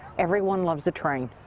everyone loves a train.